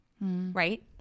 right